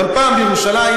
אבל פעם בירושלים,